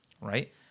right